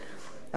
החוק התקדימי,